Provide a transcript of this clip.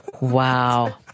wow